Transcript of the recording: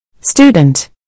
Student